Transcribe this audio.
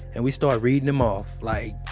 and we started readin' em off like,